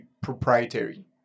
proprietary